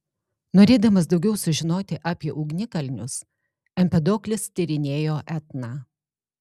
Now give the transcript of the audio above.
norėdamas daugiau sužinoti apie ugnikalnius empedoklis tyrinėjo etną